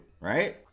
right